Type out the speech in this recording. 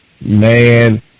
man